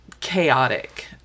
chaotic